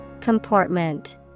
Comportment